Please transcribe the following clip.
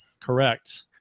Correct